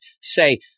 say